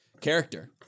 character